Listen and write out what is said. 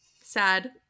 sad